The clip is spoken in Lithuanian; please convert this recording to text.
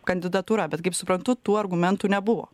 kandidatūra bet kaip suprantu tų argumentų nebuvo